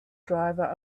driver